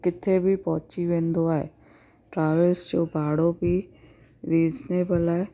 किथे बि पहुची वेंदो आहे ट्रावेल्स जो भाड़ो बि रीज़नेबल आहे